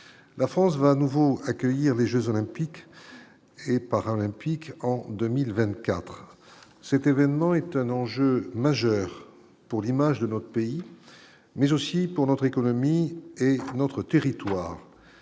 la France va à nouveau accueillir les Jeux olympiques et paralympiques en 2024, cet événement est un enjeu majeur pour l'image de notre pays mais aussi pour notre économie et notre territoire